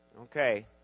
okay